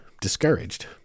discouraged